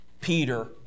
Peter